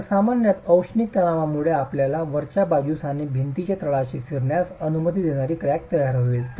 तर सामान्यत औष्णिक ताणांमुळे आपल्याकडे वरच्या बाजूस आणि भिंतीच्या तळाशी फिरण्यास अनुमती देणारी क्रॅक तयार होईल